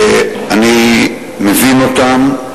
ואני מבין אותם.